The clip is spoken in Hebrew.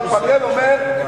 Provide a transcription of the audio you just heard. אומר,